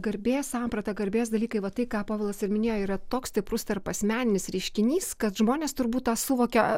garbės samprata garbės dalykai va tai ką povilas ir minėjo yra toks stiprus tarpasmeninis reiškinys kad žmonės turbūt tą suvokė